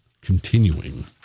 continuing